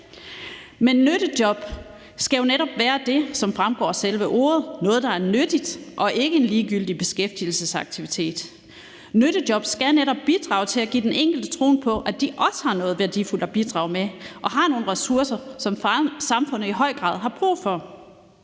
Men nyttejob skal jo netop være det, som fremgår af selve ordet, nemlig noget, der er nyttigt, ikke en ligegyldig beskæftigelsesaktivitet. Nyttejob skal netop bidrage til at give den enkelte troen på, at de også har noget værdifuldt at bidrage med og har nogle ressourcer, som samfundet i høj grad har brug for.